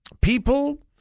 people